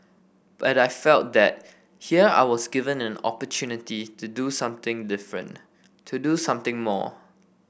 but I felt that here I was given an opportunity to do something different to do something more